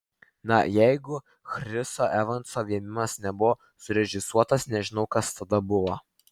na jeigu chriso evanso vėmimas nebuvo surežisuotas nežinau kas tada buvo